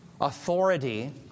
authority